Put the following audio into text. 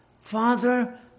Father